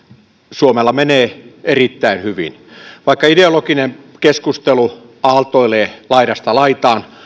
suomella menee erittäin hyvin vaikka ideologinen keskustelu aaltoilee laidasta laitaan